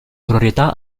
proprietà